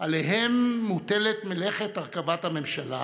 שעליהם מוטלת מלאכת הרכבת הממשלה